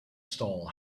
stall